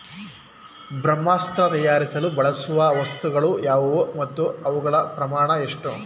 ಬ್ರಹ್ಮಾಸ್ತ್ರ ತಯಾರಿಸಲು ಬಳಸುವ ವಸ್ತುಗಳು ಯಾವುವು ಮತ್ತು ಅವುಗಳ ಪ್ರಮಾಣ ಎಷ್ಟು?